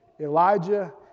Elijah